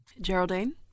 Geraldine